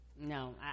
no